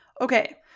Okay